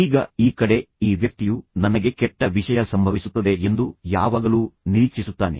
ಈಗ ಈ ಕಡೆ ಈ ವ್ಯಕ್ತಿಯು ನನಗೆ ಕೆಟ್ಟ ವಿಷಯ ಸಂಭವಿಸುತ್ತದೆ ಎಂದು ಯಾವಾಗಲೂ ನಿರೀಕ್ಷಿಸುತ್ತಾನೆ